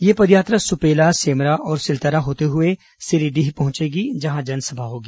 यह पदयात्रा सुपेला सेमरा और सिलतरा होते हुए सिरीडीह पहुंचेगी जहां जनसभा होगी